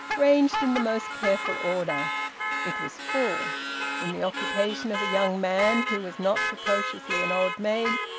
ranged in the most careful order it was full in the occupation of a young man who was not precociously an old maid,